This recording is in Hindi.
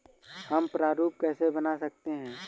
हम प्रारूप कैसे बना सकते हैं?